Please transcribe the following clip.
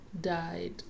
died